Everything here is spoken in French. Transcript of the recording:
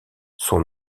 son